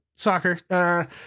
soccer